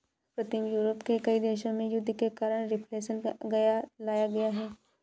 प्रीतम Europe के कई देशों में युद्ध के कारण रिफ्लेक्शन लाया गया है